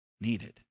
Needed